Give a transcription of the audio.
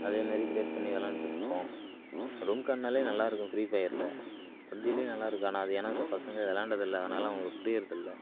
அதே மாதிரி கிரியேட் பண்ணி விளாண்டுருப்போம் ரூம் கார்டுனாலே நல்லாருக்கும் ப்பிரிப்பயர்ல பப்ஜிலயும் நல்லாருக்கும் ஆனால் அது ஏனா பசங்கள் விளாண்டதில்ல அதுனால அவனுங்களுக்கு புரியிறதில்ல